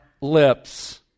lips